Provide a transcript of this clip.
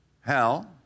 hell